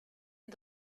los